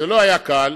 זה לא היה קל,